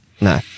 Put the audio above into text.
no